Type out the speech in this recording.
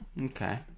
Okay